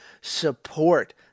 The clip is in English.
support